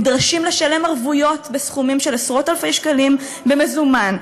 נדרשים לשלם ערבויות בסכומים של עשרות-אלפי שקלים במזומן,